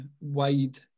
wide